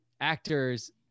actors